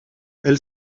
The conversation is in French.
elle